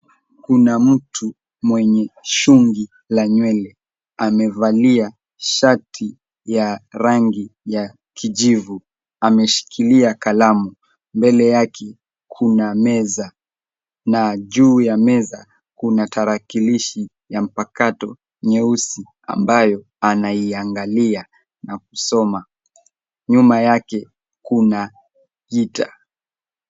Kuna mtu mwenye shungi la nywele amevalia shati ya rangi ya kijivu ameshikilia kalamu. Mbele yake kuna meza na juu ya meza kuna tarakilishi ya mpakato nyeusi ambayo anaiangalia na kusoma. Nyuma yake kuna heater .